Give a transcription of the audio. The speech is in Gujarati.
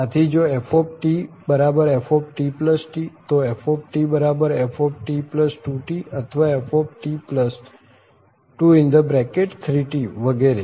આથી જો ftftT તો ftft2T અથવા ft23T વગેરે